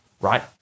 right